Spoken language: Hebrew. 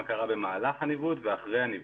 מה קרה במהלך הניווט ומה קרה אחרי הניווט.